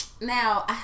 now